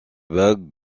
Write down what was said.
bagues